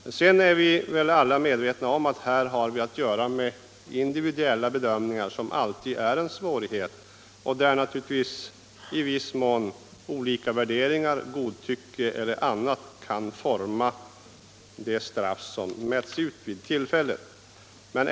Emellertid är vi medvetna om att vi här har att göra med individuella bedömningar, vilket alltid innebär en svårighet, eftersom naturligtvis olika värderingar, godtycke eller annat i viss mån kan forma det straff som mäts ut vid tillfället.